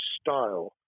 style